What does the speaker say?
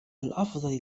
الأفضل